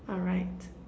alright